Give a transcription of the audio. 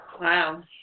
Wow